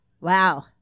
Wow